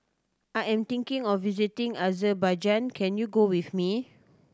I am thinking of visiting Azerbaijan can you go with me